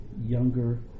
younger